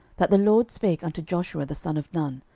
that the lord spake unto joshua the son of nun,